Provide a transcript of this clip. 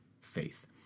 faith